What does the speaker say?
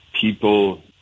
people